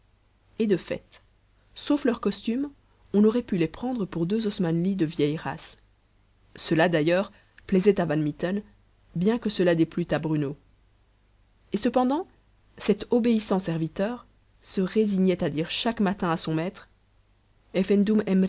et de fait sauf leur costume on aurait pu les prendre pour deux osmanlis de vieille race cela d'ailleurs plaisait à van mitten bien que cela déplût à bruno et cependant cet obéissant serviteur se résignait à dire chaque matin à son maître